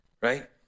right